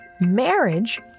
Marriage